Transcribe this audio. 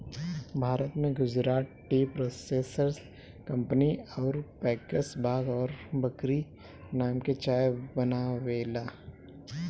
भारत में Gujarat tea processors company अउर packers बाघ और बकरी नाम से चाय बनावेला